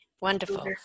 Wonderful